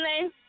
name